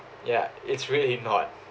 ya it's really not